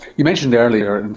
you mentioned earlier, and